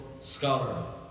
scholar